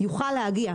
יוכל להגיע.